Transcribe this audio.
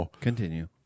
continue